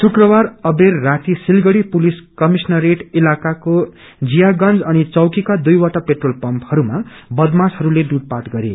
शुक्रवार अवेर राति सिलगढ़ी पुलिस कमिश्नरेट इलाकाको जियागंज अनि चौकीका दुइवटा पेट्रोल पम्पहरूमा लुटपाट गरे